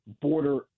border